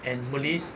and malays